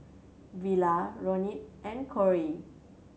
Vela Ronin and Corrie